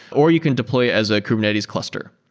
or you can deploy it as a kubernetes cluster.